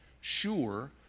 sure